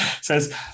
says